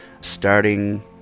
starting